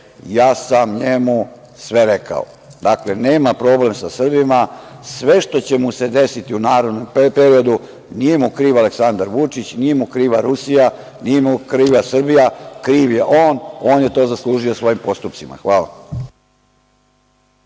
ja sam njemu sve rekao. Dakle, nema problem sa Srbima, sve što će mu se desiti u narednom periodu nije mu kriv Aleksandar Vučić, nije mu kriva Rusija, nije mu kriva Srbija, kriv je on, on je to zaslužio svojim postupcima. Hvala.